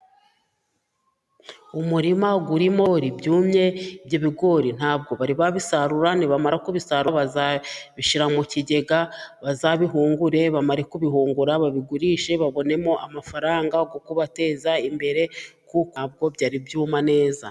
Umurima urimo ibigori byumye， ibyo bigori ntabwo bari babisarura，nibamara kubisarura，bazabishyira mu kigega bazabihungure，ni bamara kubihungura bazabigurishe， babonemo amafaranga，yo kubateza imbere，kuko ubu ntabwo byari byuma neza.